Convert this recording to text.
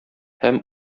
һәм